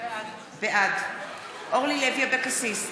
בעד אורלי לוי אבקסיס,